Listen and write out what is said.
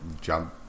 jump